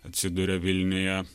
atsiduria vilniuje